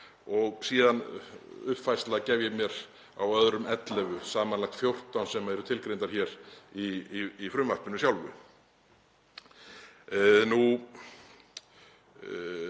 og síðan uppfærsla, gef ég mér, á öðrum 11 gerðum, samanlagt 14 sem eru tilgreindar hér í frumvarpinu sjálfu.